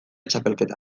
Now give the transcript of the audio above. txapelketa